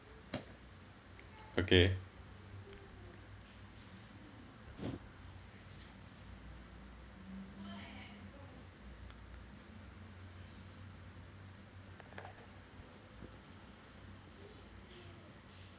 okay